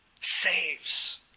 saves